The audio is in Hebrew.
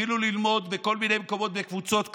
התחילו ללמוד בכל מיני מקומות בקבוצות קטנות,